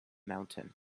mountain